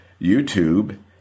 YouTube